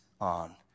on